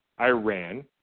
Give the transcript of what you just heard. Iran